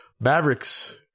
Mavericks